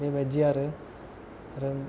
बेबायदि आरो